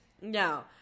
No